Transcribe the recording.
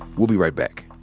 we'll be right back.